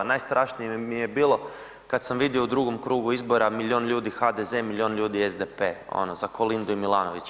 Najstrašnije mi je bilo kad sam vidio u drugom krugu izbora, milion ljudi HDZ, milion ljudi SDP, ono za Kolindu i Milanovića.